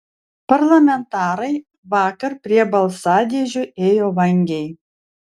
parlamentarai vakar prie balsadėžių ėjo vangiai